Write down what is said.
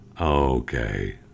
Okay